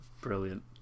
Brilliant